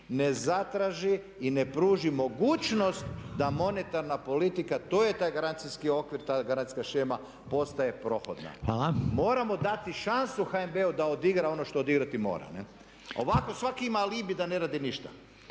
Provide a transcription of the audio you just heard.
ne zatraži i ne pruži mogućnost da monetarna politika to je taj garancijski okvir ta garancijska shema postaje prohodna. Moramo dati šansu HNB-u da odigra ono što odigrati mora ne'. Ovako svak ima alibi da ne radi ništa.